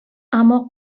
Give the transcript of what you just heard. اما